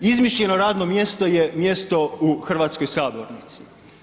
Izmišljeno radno mjesto je mjesto u hrvatskoj sabornici.